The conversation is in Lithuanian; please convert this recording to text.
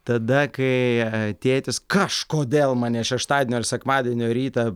tada kai tėtis kažkodėl mane šeštadienio ar sekmadienio rytą